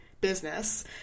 business